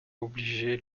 obligé